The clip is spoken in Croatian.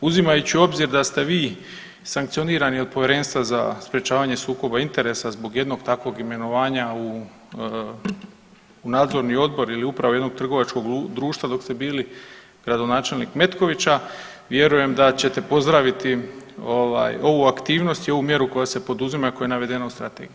Uzimajući u obzir da ste vi sankcionirani od Povjerenstva za sprječavanje sukoba interesa zbog jednog takvog imenovanja u nadzorni odbor ili upravu jednog trgovačkog društva dok ste bili gradonačelnik Metkovića, vjerujem da ćete pozdraviti ovaj ovu aktivnost i ovu mjeru koja se poduzima i koja je navedena u strategiji.